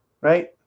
right